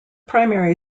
primary